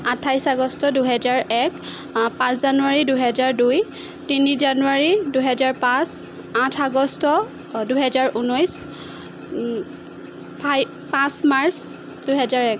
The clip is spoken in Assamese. আঠাইছ আগষ্ট দুহেজাৰ এক পাঁচ জানুৱাৰী দুহেজাৰ দুই তিনি জানুৱাৰী দুহেজাৰ পাঁচ আঠ আগষ্ট দুহেজাৰ ঊনৈছ পাঁচ মাৰ্চ দুহেজাৰ এক